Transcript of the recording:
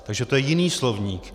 Takže to je jiný slovník.